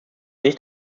nicht